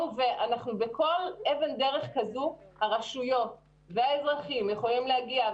בכל אבן דרך כזו הרשויות והאזרחים יכולים להגיע,